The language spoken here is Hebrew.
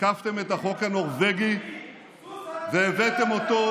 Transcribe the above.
תקפתם את החוק הנורבגי והבאתם אותו,